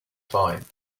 fine